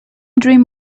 dream